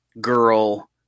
girl